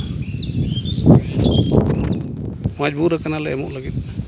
ᱢᱚᱡᱽᱵᱩᱨ ᱠᱟᱱᱟ ᱞᱮ ᱮᱢᱚᱜ ᱞᱟᱹᱜᱤᱫ